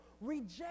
reject